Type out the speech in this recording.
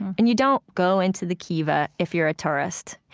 and you don't go into the kiva if you're a tourist.